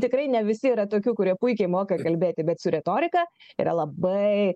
tikrai ne visi yra tokių kurie puikiai moka kalbėti bet su retorika yra labai